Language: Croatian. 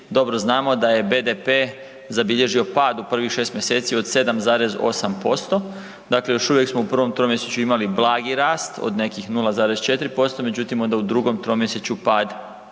dobro znamo da je BDP zabilježio pad u prvih 6 mjeseci od 7,8% dakle još uvijek smo u prvom tromjesečju imali blagi rast od nekih 0,4% međutim onda u drugom tromjesečju pad